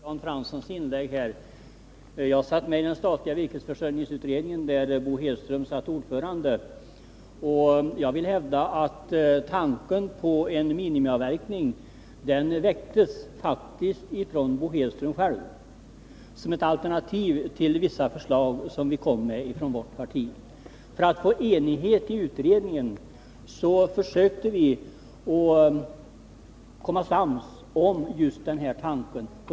Fru talman! Jag skall fatta mig mycket kort och anknyta till Jan Franssons inlägg. Jag satt med i den statliga virkesförsörjningsutredningen, där Bo Hedström var ordförande. Jag vill hävda att tanken på en minimiavverkning faktiskt väcktes av Bo Hedström själv som ett alternativ till vissa förslag från vårt parti. För att få enighet i utredningen försökte vi bli sams om just den här tanken.